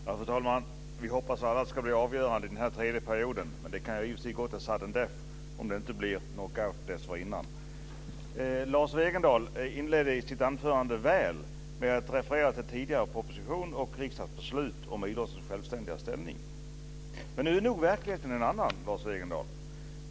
Fru talman! Vi hoppas väl alla att det ska bli avgörande i den här tredje perioden. I och för sig kan det gå till sudden death, om det inte blir knockout dessförinnan. Lars Wegendal inledde sitt anförande väl med att referera till tidigare proposition och riksdagsbeslut om idrottens självständiga ställning. Men nu är nog verkligheten en annan, Lars Wegendal.